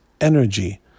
energy